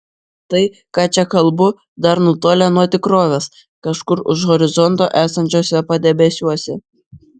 tai ką čia kalbu dar nutolę nuo tikrovės kažkur už horizonto esančiuose padebesiuose